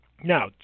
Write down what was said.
Now